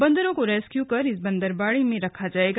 बंदरो को रेस्क्यू कर इस बंदरबाड़ा में रखा जाएगा